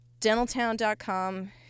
dentaltown.com